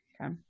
Okay